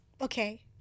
okay